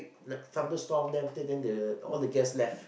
like thunderstorm then they all the guest left